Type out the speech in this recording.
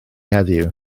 heddiw